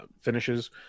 finishes